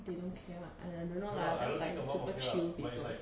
they don't care lah !aiya! don't know lah that's like super chill people